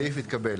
הסעיף התקבל.